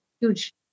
huge